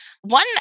One